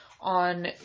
on